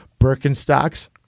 Birkenstocks